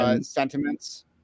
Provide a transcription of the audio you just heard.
sentiments